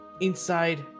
inside